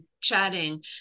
chatting